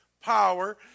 power